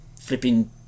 flipping